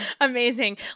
Amazing